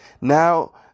Now